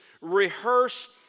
rehearse